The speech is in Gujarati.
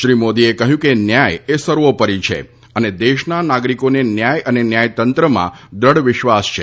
શ્રી મોદીએ કહ્યું કે ન્યાયએ સર્વોપરી છે અને દેશના નાગરિકોને ન્યાય અને ન્યાયતંત્રમાં દ્રઢ વિશ્વાસ છે